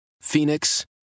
Phoenix